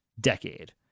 decade